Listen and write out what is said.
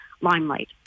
limelight